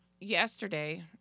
yesterday